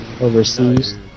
overseas